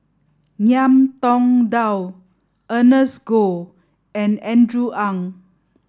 Ngiam Tong Dow Ernest Goh and Andrew Ang